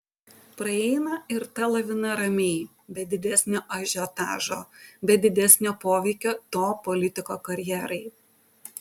praeina ir ta lavina ramiai be didesnio ažiotažo be didesnio poveikio to politiko karjerai